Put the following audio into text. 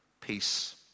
peace